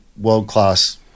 world-class